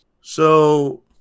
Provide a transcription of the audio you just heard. So-